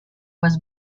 was